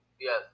Yes